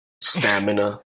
stamina